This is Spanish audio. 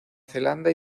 zelanda